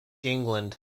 england